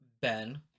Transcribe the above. ben